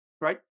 right